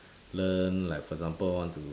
learn like for example want to